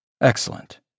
Excellent